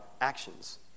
actions